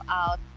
out